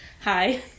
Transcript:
Hi